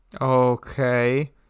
Okay